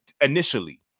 Initially